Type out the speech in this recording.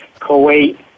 Kuwait